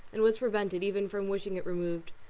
and was prevented even from wishing it removed,